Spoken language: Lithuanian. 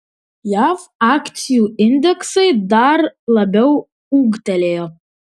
jav akcijų indeksai dar labiau ūgtelėjo